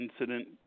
incident